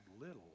little